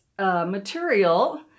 material